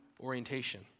orientation